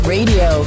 Radio